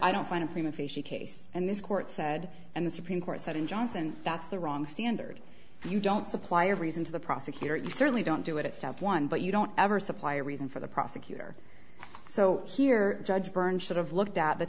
i don't find a prima facie case and this court said and the supreme court said in johnson that's the wrong standard if you don't supply a reason to the prosecutor you certainly don't do it at step one but you don't ever supply a reason for the prosecutor so here judge byrne should have looked at the